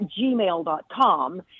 gmail.com